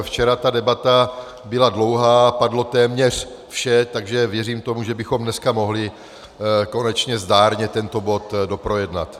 Včera ta debata byla dlouhá, padlo téměř vše, takže věřím, že bychom dneska mohli konečně zdárně tento bod doprojednat.